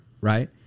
Right